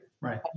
Right